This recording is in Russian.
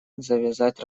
завязать